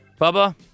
Bubba